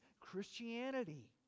Christianity